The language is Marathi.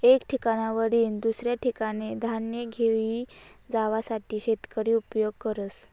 एक ठिकाणवरीन दुसऱ्या ठिकाने धान्य घेई जावासाठे शेतकरी उपयोग करस